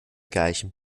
gleichem